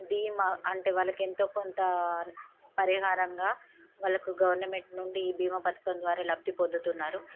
భీమా అంటే వాళ్ళకి ఎంతో కొంతా పరిహారంగా వాళ్ళకు గవర్నమెంట్ నుండి భీమా పథకం ద్వారా లబ్ధి పొందుతున్నారు